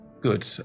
good